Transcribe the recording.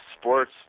sports